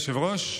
אדוני היושב-ראש,